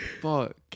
Fuck